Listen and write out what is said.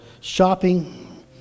shopping